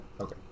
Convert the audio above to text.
Okay